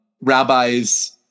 rabbis